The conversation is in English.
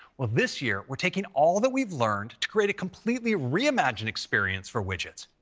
well, this year, we're taking all that we've learned to create a completely reimagined experience for widgets.